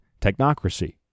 technocracy